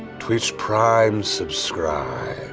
twitch prime subscribe.